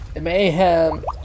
mayhem